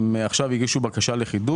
הם הגישו עכשיו בקשה לחידוש.